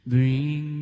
Bring